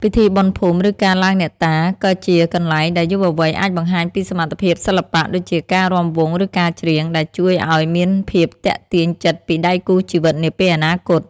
ពិធីបុណ្យភូមិ ឬការឡើងអ្នកតា ក៏ជាកន្លែងដែលយុវវ័យអាចបង្ហាញពីសមត្ថភាពសិល្បៈ ដូចជាការរាំវង់ ឬការច្រៀង ដែលជួយឱ្យមានភាពទាក់ទាញចិត្តពីដៃគូជីវិតនាពេលអនាគត។